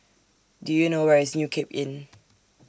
Do YOU know Where IS New Cape Inn